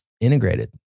integrated